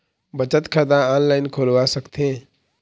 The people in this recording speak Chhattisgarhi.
बचत खाता ऑनलाइन खोलवा सकथें?